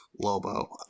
lobo